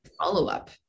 follow-up